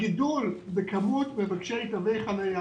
הגידול בכמות מבקשי תווי חנייה,